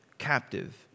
captive